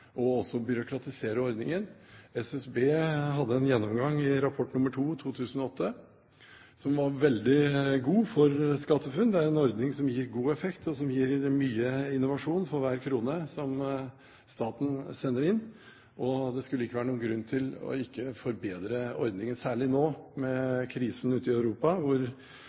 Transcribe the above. gjennomgang i rapport nr. 2 i 2008 som var veldig god for SkatteFUNN. Det er en ordning som gir god effekt og mye innovasjon for hver krone som staten sender inn, og det skulle ikke være noen grunn til ikke å forbedre ordningen, særlig nå med krisen i Europa.